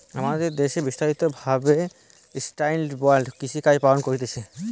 আমাদের দ্যাশে বিস্তারিত ভাবে সাস্টেইনেবল কৃষিকাজ পালন করতিছে